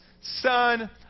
son